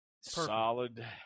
Solid